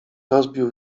rozbił